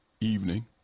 evening